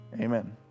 Amen